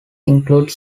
include